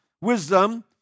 wisdom